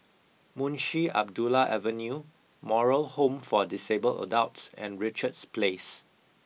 Munshi Abdullah Avenue Moral Home for Disabled Adults and Richards Place